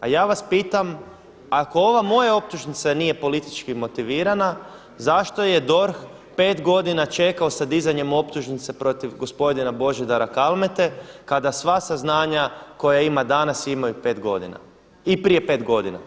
A ja vas pitam, ako ova moja optužnica nije politički motivirana zašto je DORH 5 godina čekao sa dizanjem optužnica protiv gospodina Božidara Kalmete kada sva saznanja koja ima danas imaju 5 godina, i prije pet godina.